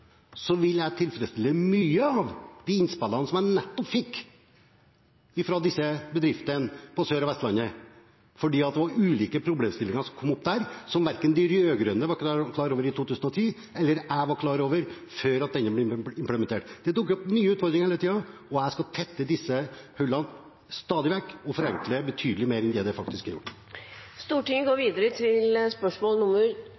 vil jeg tilfredsstille mange av de innspillene som jeg nettopp fikk fra disse bedriftene på Sør- og Vestlandet, fordi det var ulike problemstillinger som kom opp der som verken de rød-grønne var klar over i 2010, eller som jeg var klar over før denne forskriften ble implementert. Det dukker opp nye utfordringer hele tiden, og jeg skal tette disse hullene stadig vekk og forenkle betydelig mer enn det som faktisk er gjort. Vi går